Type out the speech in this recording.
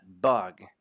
bug